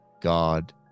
God